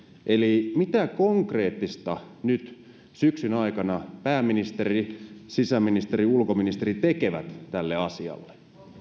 eli mitä konkreettista nyt syksyn aikana pääministeri sisäministeri ulkoministeri tekevät tälle asialle